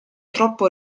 troppo